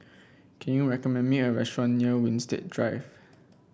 can you recommend me a restaurant near Winstedt Drive